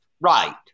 Right